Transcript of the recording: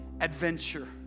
adventure